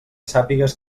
sàpigues